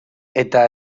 eta